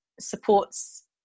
supports